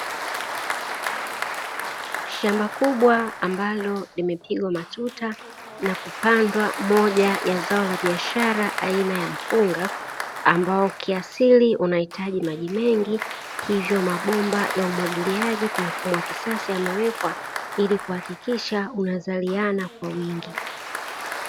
Shamba kubwa ambalo limepigwa matuta na kupandwa moja ya zao la biashara aina ya mpunga, ambao kiasili unahitaj maji mengi. Hivyo mabomba ya umwagiliaji kwa mfumo wa kisasa yamewekwa ili kuhakikisha unazaliana kwa wingi.